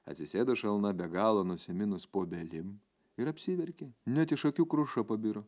atsisėdo šalna be galo nusiminus po obelim ir apsiverkė net iš akių kruša pabiro